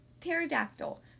pterodactyl